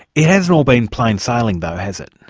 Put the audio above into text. it hasn't all been plain sailing though, has it?